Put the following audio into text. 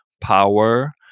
power